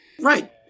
Right